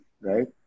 right